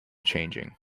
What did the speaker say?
changing